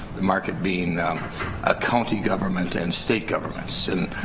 the market being ah county government and state governments, and